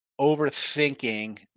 overthinking